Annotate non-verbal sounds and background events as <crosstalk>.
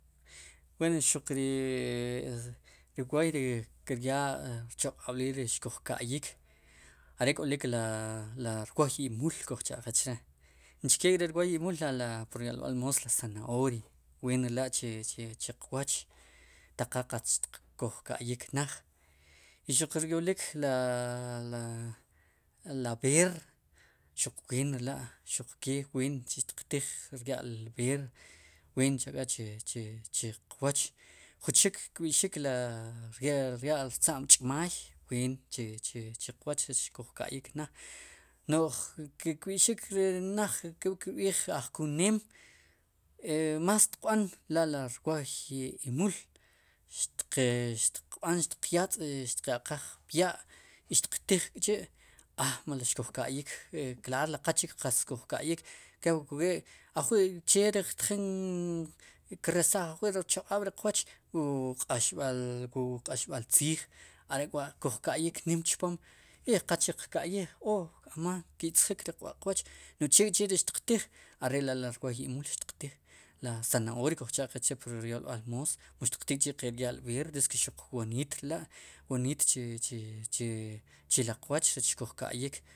Wen xuq ri wooy ri xuq kiryaa rchaq'ab'liil rech xkuj ka'yik k'olik ri rwoy imul kujcha'qe chree, chinchke ri rwooy imul are' ri pur yolb'al moos ri zanahoria ween rela' chuq wooch taq qa qatz kuj ka'yik naaj y xuq ryolik la, la b'eer xuw ween re la' xuke ween xtiq tiij rya'al b'eer weencha'ka' chu chuq wooch, jun chuk kb'i'xik ri rtza'm ch'maay ween chi, chi chiqwooch kuj ka'yik naj, no'j ke kb'ixik naj kepli kb'iij ke ajkuneem <hesitation> más xtiqb'an are'la ri rwooy imul xtqe, xtiq yaa, xtiqya'qaaj pya' i xtiq tij k'chi' aa melo xkujka'yik k'chi' claar li qal qatz kuj ka'yik chik kep wu we ajwi' che ktjik ri kiresaj ri rchaqaab' riq wooch wu, wu q'axb'al tziij are'kwa' kuj ka'yik nim chpom i qachik qka'yij o amaan ki'tzjik ri rb'aq'qwooch no'j chk'chi' ri xtiqtiij are' ri rwooy imul xtiqtiij la zanahoria kuj cha' qe che' pur yolb'al moos, xtiqtijchi' qe' rya'l b'eer diske xuq woniit re la' chi, chi, chiriq wooch rech xkuj ka'yik.